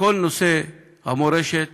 כל נושא המורשת